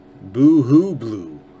Boo-hoo-blue